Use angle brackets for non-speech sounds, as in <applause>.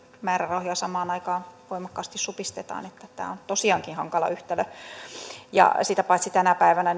määrärahoja samaan aikaan voimakkaasti supistetaan tämä on tosiaankin hankala yhtälö sitä paitsi tänä päivänä <unintelligible>